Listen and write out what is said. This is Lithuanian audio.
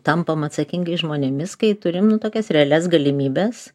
tampam atsakingais žmonėmis kai turim nu tokias realias galimybes